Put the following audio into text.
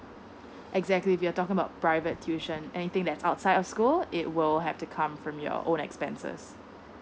exactly we're talking about private tuition anything that's outside of school it will have to come from your own expenses